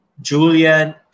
Julian